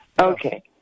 Okay